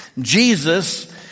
Jesus